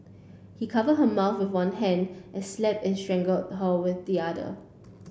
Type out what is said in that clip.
he cover her mouth with one hand and slapped and strangled her with the other